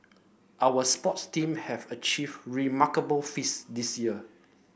our sports team have achieved remarkable feats this year